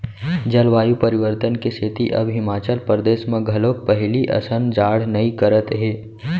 जलवायु परिवर्तन के सेती अब हिमाचल परदेस म घलोक पहिली असन जाड़ नइ करत हे